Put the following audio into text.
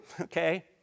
okay